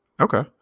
Okay